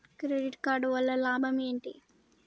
Credit card వల్ల లాభం ఏంటి?